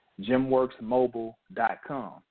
gymworksmobile.com